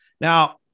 Now